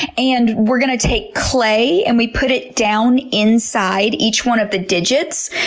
and we're going to take clay and we put it down inside each one of the digits.